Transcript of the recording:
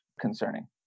concerning